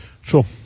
Sure